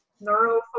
neuro